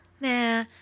nah